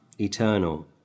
eternal